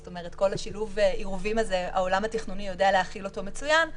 זאת אומרת שאת כל שילוב העירובים הזה העולם התכנוני יודע להכיל מצוין,